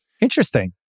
Interesting